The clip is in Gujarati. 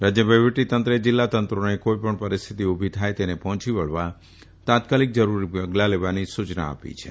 રાજય વહીવટી તંત્રે જીલ્લા તંત્રોને કોઇપણ પરીસ્થિતિ ઉભી થાય તેને પહોંચી વળવા તાત્કાલિક જરૃરી પગલા લેવાની સુચના આપી છે